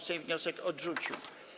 Sejm wniosek odrzucił.